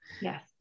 Yes